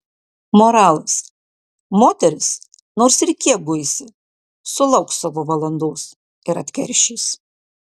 moralas moteris nors ir kiek guisi sulauks savo valandos ir atkeršys